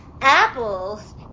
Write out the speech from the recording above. apples